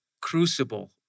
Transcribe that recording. crucible